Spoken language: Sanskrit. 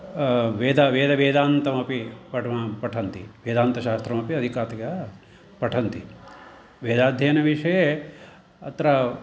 वेद वेदवेदान्तमपि पट पठन्ति वेदान्तशास्त्रमपि अधिकतया पठन्ति वेदाध्ययनविषये अत्र